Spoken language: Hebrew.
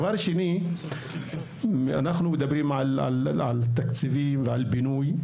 דבר שני, אנחנו מדברים על תקציבים ועל בינוי.